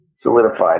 Solidified